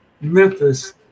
Memphis